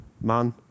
man